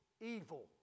Evil